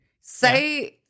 Say